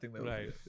right